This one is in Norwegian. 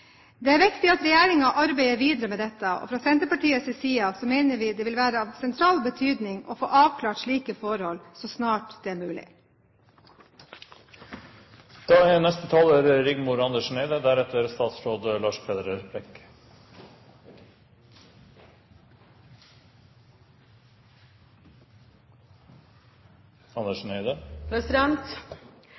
saken. Det viktig at regjeringen arbeider videre med dette, og fra Senterpartiets side mener vi det vil være av sentral betydning å få avklart slike forhold så snart det er mulig. Reindriftspolitikk er